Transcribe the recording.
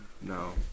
no